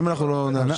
ואם אנחנו לא נאשר?